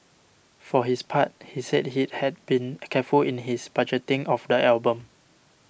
for his part he said he had been a careful in his budgeting of the album